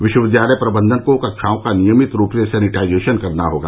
विश्वविद्यालय प्रबंधन को कक्षाओं का नियमित रूप से सैनिटाइजेशन करना होगा